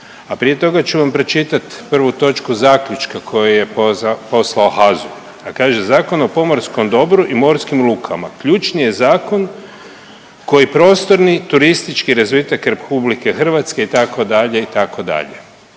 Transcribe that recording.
a prije toga ću vam pročitat prvu točku zaključka koju je poslao HAZU, a kaže, Zakon o pomorskom dobru i morskim lukama ključni je zakon koji prostorni i turistički razvitak RH itd., itd.,